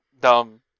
Dumb